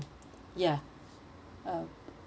ya um